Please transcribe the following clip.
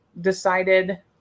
decided